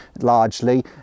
largely